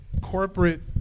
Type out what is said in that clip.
Corporate